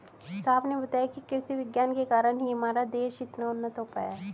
साहब ने बताया कि कृषि विज्ञान के कारण ही आज हमारा देश इतना उन्नत हो पाया है